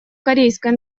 корейской